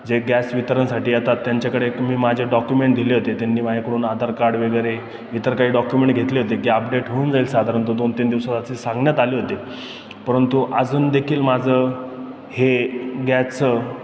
जे गॅस वितरणासाठी येतात त्यांच्याकडे मी माझे डॉक्युमेंट दिले होते त्यांनी माझ्याकडून आधार कार्ड वगैरे इतर काही डॉक्युमेंट घेतले होते की आपडेट होऊन जाईल साधारणतः दोन तीन दिवसात असे सांगण्यात आले होते परंतु अजून देखील माझं हे गॅचं